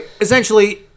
essentially